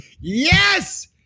Yes